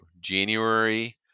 january